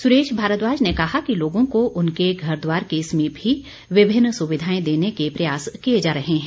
सुरेश भारद्वाज ने कहा कि लोगों को उनके घर द्वार के समीप ही विभिन्न सुविधाएं देने के प्रयास किए जा रहे हैं